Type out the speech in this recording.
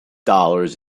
dollars